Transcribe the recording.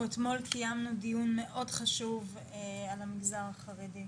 אנחנו אתמול קיימנו דיון מאוד חשוב על המגזר החרדי.